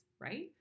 right